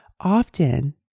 Often